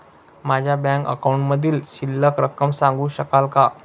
माझ्या बँक अकाउंटमधील शिल्लक रक्कम सांगू शकाल का?